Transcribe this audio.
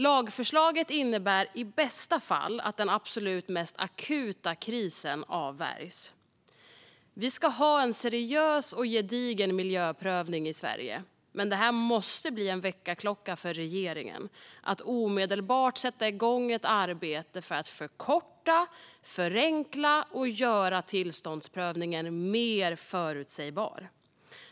Lagförslaget innebär i bästa fall att den mest akuta krisen avvärjs. Vi ska ha en seriös och gedigen miljöprövning i Sverige, men detta måste bli en väckarklocka för regeringen. Man måste omedelbart sätta igång ett arbete för att förkorta, förenkla och göra tillståndsprövningen mer förutsägbar.